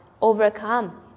overcome